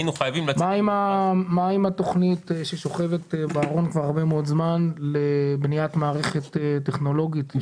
מה עם התכנית ששוכבת בארון כבר הרבה מאוד זמן לבניית מערכת טכנולוגית?